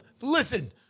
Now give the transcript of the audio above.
Listen-